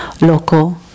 Loco